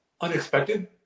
unexpected